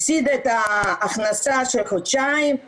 הפסידה את ההכנסה של חודשיים,